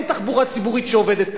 אין תחבורה ציבורית שעובדת כך.